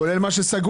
כולל אלה שנסגרו.